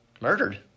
murdered